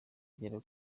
agera